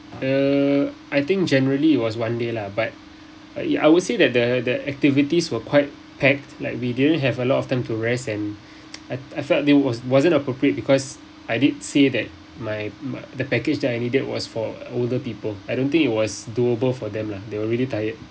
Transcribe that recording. uh I think generally it was one day lah but I would say that the the activities were quite packed like we didn't have a lot of time to rest and I I felt it was wasn't appropriate because I did say that my the package that I needed was for older people I don't think it was doable for them lah they were really tired